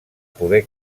poder